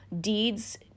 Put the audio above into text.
deeds